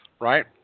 right